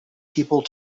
people